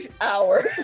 Hour